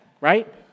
right